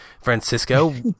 Francisco